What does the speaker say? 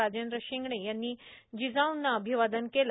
राजेंद्र शिंगणे यांनी जिजाऊना अभिवादन केले